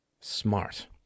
smart